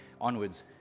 onwards